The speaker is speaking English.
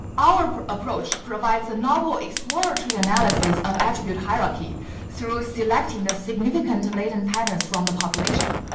our approach provides a novel exploratory analysis of attribute hierarchy through selecting the significant latent patterns from the population.